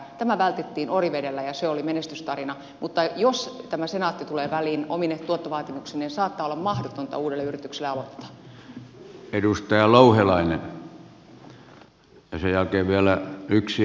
tämä vältettiin orivedellä ja se oli menestystarina mutta jos senaatti tulee väliin omine tuottovaatimuksineen saattaa olla mahdotonta uudelle yritykselle aloittaa